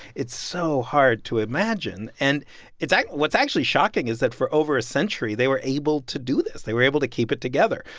it's so hard to imagine. and it's like what's actually shocking is that, for over a century, they were able to do this. they were able to keep it together.